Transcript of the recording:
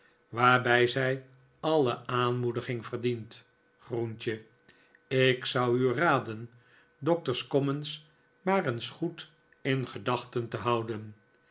waarbij zij alle aanmoediging verdient groentje ik zou u raden doctor's commons maar eens goed in gedachten te houden